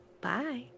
bye